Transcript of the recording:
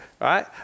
right